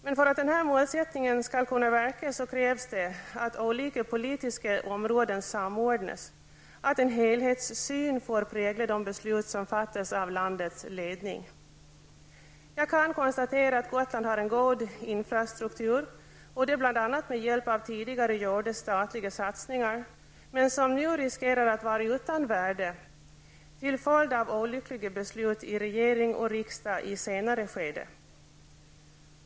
Men för att denna målsättning skall kunna verka krävs det att olika politiska områden samordnas, att en helhetssyn får prägla de beslut som fattas av landets ledning. Jag kan konstatera att Gotland har en god infrastruktur, bl.a. med hjälp av tidigare gjorda statliga satsningar, men att denna nu riskerar att vara utan värde till följd av olyckliga beslut i regering och riksdag i ett senare skede.